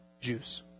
juice